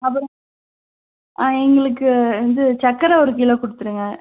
அப்புறம் எங்களுக்கு இது சக்கரை ஒரு கிலோ கொடுத்துருங்க